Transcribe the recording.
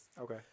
Okay